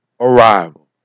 arrival